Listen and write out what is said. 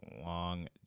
long